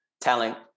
talent